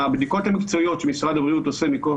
מהבדיקות המקצועיות שמשרד הבריאות עושה מכוח